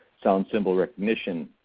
sound-symbol recognition,